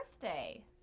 birthday